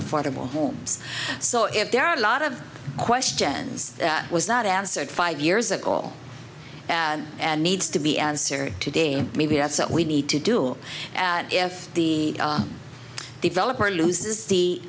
affordable homes so if there are a lot of questions that was not answered five years ago and and needs to be answered today and maybe that's what we need to do if the developer loses the